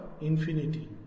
infinity